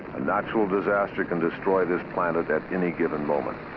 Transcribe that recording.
a natural disaster can destroy this planet at any given moment.